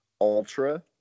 ultra